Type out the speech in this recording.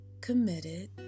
committed